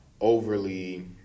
overly